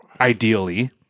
ideally